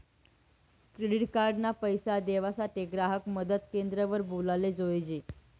credit card ना पैसा देवासाठे ग्राहक मदत क्रेंद्र वर बोलाले जोयजे